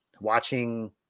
watching